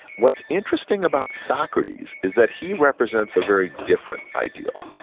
what's interesting about socrates is that he represents a very different ideal.